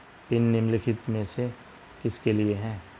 Pin निम्नलिखित में से किसके लिए है?